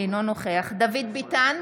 אינו נוכח דוד ביטן,